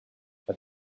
but